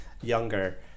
younger